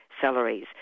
salaries